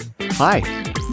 Hi